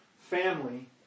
family